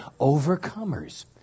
overcomers